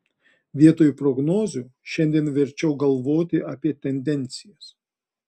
vietoj prognozių šiandien verčiau galvoti apie tendencijas